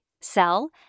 sell